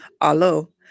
alo